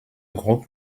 groupe